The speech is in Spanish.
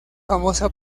famosa